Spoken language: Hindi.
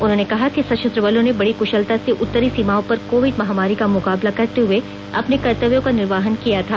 उन्होंने कहा कि सशस्त्र बलों ने बड़ी कुशलता से उत्तरी सीमाओं पर कोविड महामारी का मुकाबला करते हुए अपने कर्तव्यों का निर्वाहन किया था